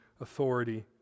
authority